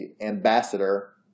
ambassador